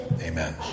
Amen